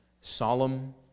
solemn